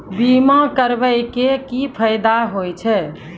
बीमा करबै के की फायदा होय छै?